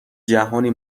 جهانی